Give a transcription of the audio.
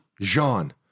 jean